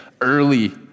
early